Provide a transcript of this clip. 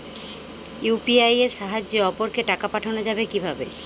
UPI এর সাহায্যে অপরকে টাকা পাঠানো যাবে কিভাবে?